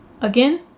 Again